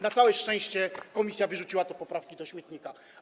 Na całe szczęście komisja wyrzuciła te poprawki do śmietnika.